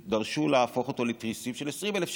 דרשו להפוך אותו לתריסים של 20,000 שקל,